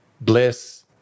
bliss